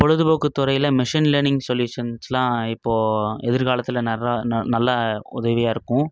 பொழுதுபோக்கு துறையில் machine learning சொல்யூஷன்ஸ்லாம் இப்போது எதிர்காலத்தில் நிறை ந நல்ல உதவியாக இருக்கும்